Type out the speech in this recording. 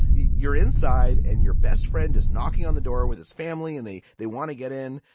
you're inside and your best friend is knocking on the door with his family. and they they want to get in.